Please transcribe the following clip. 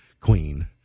queen